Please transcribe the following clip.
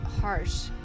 harsh